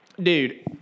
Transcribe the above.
dude